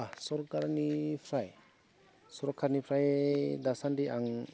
दा सोरकारनिफ्राय दासान्दि आं